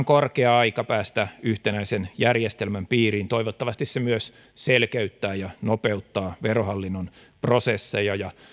korkea aika päästä yhtenäisen järjestelmän piiriin toivottavasti se myös selkeyttää ja nopeuttaa verohallinnon prosesseja ja